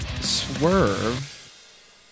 swerve